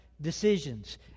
decisions